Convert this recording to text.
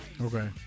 Okay